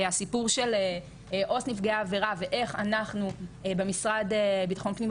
הסיפור של עו"ס נפגעי העבירה ואיך אנחנו במשרד בטחון הפנים,